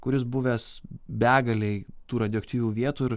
kuris buvęs begalėj tų radioaktyvių vietų ir